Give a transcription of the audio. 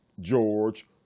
George